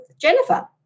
Jennifer